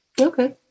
okay